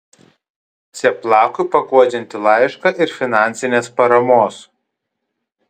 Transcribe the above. cieplakui paguodžiantį laišką ir finansinės paramos